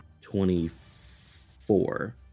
twenty-four